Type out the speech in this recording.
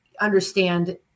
understand